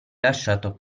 lasciato